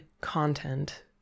content